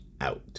out